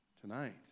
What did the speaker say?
tonight